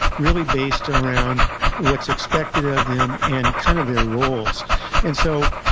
really based around what's expected of them and kind of their roles and so,